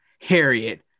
Harriet